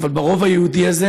אבל הרוב היהודי הזה,